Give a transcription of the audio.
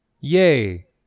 Yay